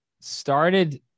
started